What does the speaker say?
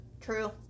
True